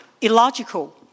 illogical